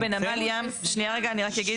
בנמל ים, שנייה רגע, אני רק אגיד.